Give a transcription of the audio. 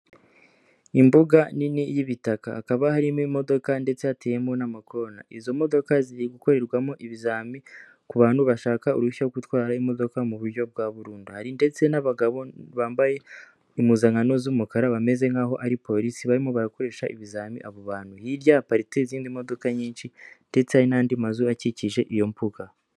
Imbuga nini y'ibitaka hakaba harimo imodoka ndetse hateyemo n'amakona. Izo modoka ziri gukorerwamo ibizami ku bantu bashaka uruhushya rwo gutwara imodoka mu buryo bwa burundu. Hari ndetse n'abagabo bambaye impuzankano z'umukara bameze nk'aho ari polisi, barimo barakoresha ibizami abo bantu. Hirya haparitse izindi modoka nyinshi ndetse hari n'andi mazu akikije iyo mbuga.